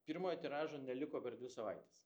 pirmojo tiražo neliko per dvi savaites